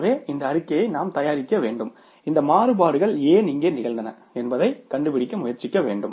எனவே இந்த அறிக்கையை நாம் தயாரிக்க வேண்டும் இந்த மாறுபாடுகள் ஏன் இங்கே நிகழ்ந்தன என்பதைக் கண்டுபிடிக்க முயற்சிக்க வேண்டும்